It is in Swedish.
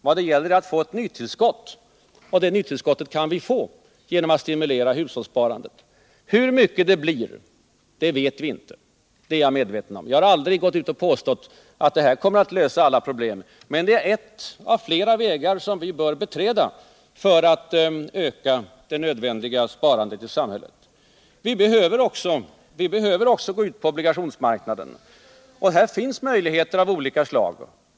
Vad det gäller är att få ett nytillskotut, och det nytillskottet kan man få genom att stimulera hushållssparandet. Hur stort tillskottet blir vet vi inte — jag är medveten om det. Och jag har aldrig påstått att detta kommer att lösa alla problem. Men det är en av flera vägar vi bör beträda för att öka det nödvändiga sparandet i samhället. Vi behöver också gå ut på obligationsmarknaden. Ja, här finns möjligheter av olika slag.